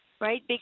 right